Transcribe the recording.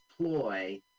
ploy